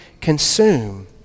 consume